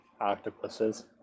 octopuses